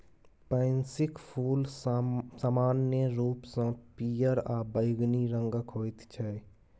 पैंसीक फूल समान्य रूपसँ पियर आ बैंगनी रंगक होइत छै